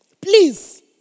Please